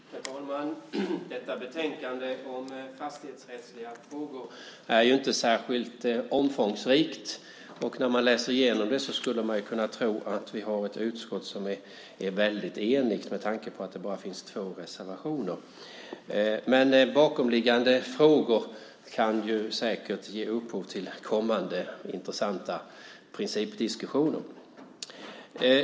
Herr talman! Detta betänkande om fastighetsrättsliga frågor är inte särskilt omfångsrikt. När man läser igenom det skulle man kunna tro att vi har ett utskott som är väldigt enigt med tanke på att det bara finns två reservationer. Bakomliggande frågor kan ändå ge upphov till kommande intressanta principdiskussioner.